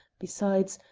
besides,